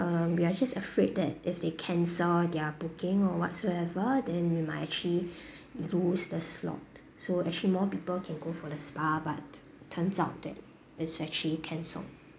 um we are just afraid that if they cancel their booking or whatsoever then we might actually lose the slot so actually more people can go for the spa but turns out that it's actually cancelled